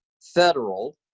federal